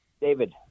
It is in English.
David